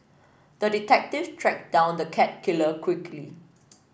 the detective tracked down the cat killer quickly